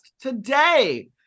Today